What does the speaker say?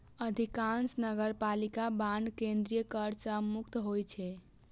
अधिकांश नगरपालिका बांड केंद्रीय कर सं मुक्त होइ छै